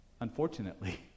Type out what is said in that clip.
unfortunately